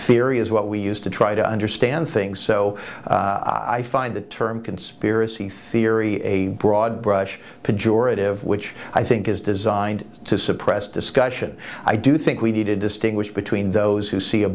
is what we used to try to understand things so i find the term conspiracy theory a broad brush pejorative which i think is designed to suppress discussion i do think we need to distinguish between those who see a